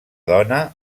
dona